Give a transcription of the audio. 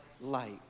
light